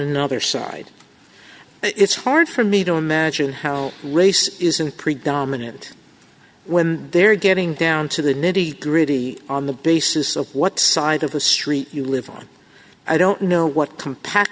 another side it's hard for me to imagine how race isn't predominant when they're getting down to the nitty gritty on the basis of what side of the street you live on i don't know what compact